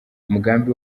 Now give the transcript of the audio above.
umugambi